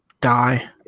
die